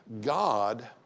God